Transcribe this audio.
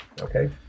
okay